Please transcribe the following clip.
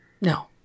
No